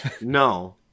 no